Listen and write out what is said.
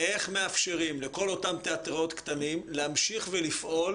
איך מאפשרים לכל אותם תיאטראות קטנים להמשיך ולפעול